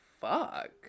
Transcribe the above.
fuck